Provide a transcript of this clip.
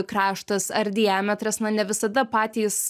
kraštas ar diametras na ne visada patys